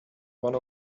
one